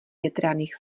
větraných